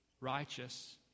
righteous